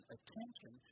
Attention